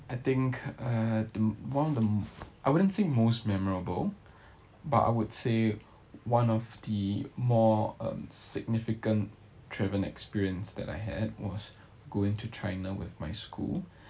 I think um one of the I wouldn't say most memorable but I would say one of the more um significant travel experience that I had was going to china with my school